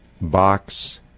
Box